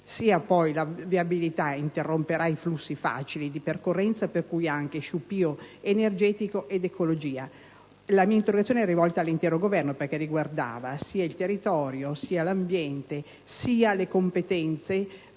che la viabilità interromperà i flussi facili di percorrenza, con conseguente sciupio energetico e problemi ecologici. La mia interrogazione è rivolta all'intero Governo, perché riguarda sia il territorio, sia l'ambiente, sia le competenze